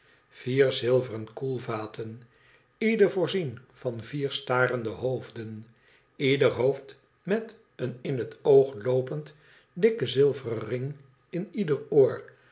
vier zilveren koel vaten ieder voorzien van vier starende hoofden ieder hoofd met een in het oogloopend dikken zilveren ring in ieder oor